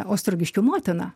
ostrogiškių motina